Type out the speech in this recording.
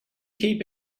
keep